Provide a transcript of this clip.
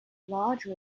large